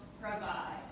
provide